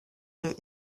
deux